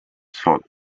sought